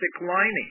lining